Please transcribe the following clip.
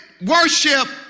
worship